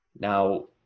Now